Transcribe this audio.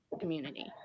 community